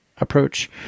approach